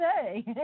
say